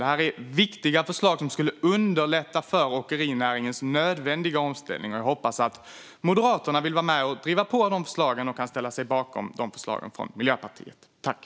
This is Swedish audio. Detta är viktiga förslag som skulle underlätta för åkerinäringens nödvändiga omställning, och jag hoppas att Moderaterna vill vara med och driva på dessa förslag och kan ställa sig bakom de förslag som Miljöpartiet har.